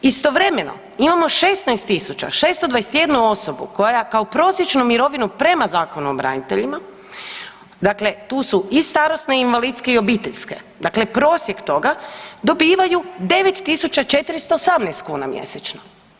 Istovremeno imamo 16.621 koja kao prosječnu mirovinu prema Zakonu o braniteljima, dakle tu su i starosne i invalidske i obiteljske, dakle prosjek toga dobivaju 9.418 kuna mjesečno.